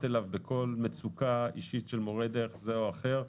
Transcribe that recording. אליו בכל מצוקה אישית של מורה דרך זה או אחר.